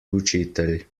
učitelj